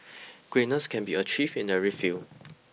greatness can be achieved in every field